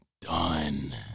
done